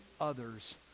others